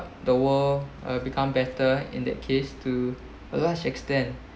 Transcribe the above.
the world uh become better in that case to a large extent